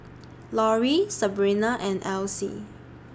Lauri Sabrina and Alcie